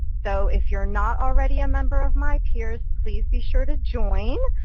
so if you're not already a member of mypeers, please be sure to join